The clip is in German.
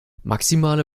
maximale